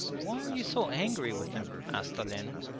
why are you so angry with him asked olenin.